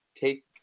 Take